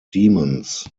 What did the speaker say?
demons